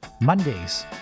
Mondays